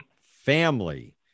family